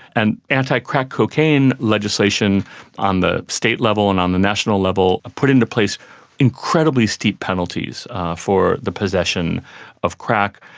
and anti crack cocaine legislation on the state level and on the national level put into place incredibly steep penalties for the possession of crack.